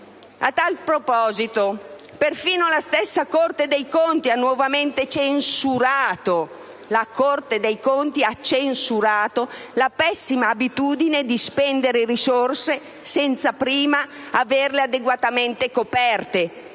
A tale proposito, la stessa Corte dei conti ha nuovamente censurato la pessima abitudine di spendere risorse senza prima averle adeguatamente coperte.